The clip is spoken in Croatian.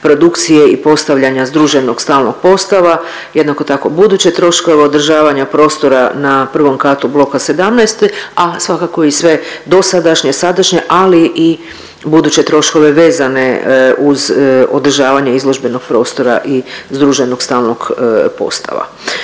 i postavljanja združenog stalnog postava, jednako tako buduće troškove održavanja prostora na I.katu bloka 17, a svakako i sve dosadašnje, sadašnje, ali i buduće troškove vezane uz održavanje izložbenog prostora i združenog stalnog postava.